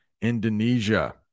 Indonesia